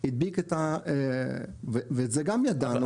הדביק את ה- ואת זה גם ידענו.